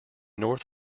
north